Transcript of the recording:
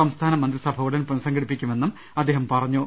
സംസ്ഥാന മന്ത്രിസഭ ഉടൻ പുനസംഘടിപ്പിക്കുമെന്നും അദ്ദേഹം പറഞ്ഞു